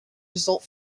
result